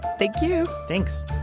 thank you thanks.